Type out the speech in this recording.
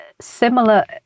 similar